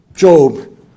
Job